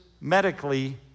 medically